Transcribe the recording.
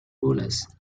rulers